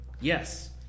yes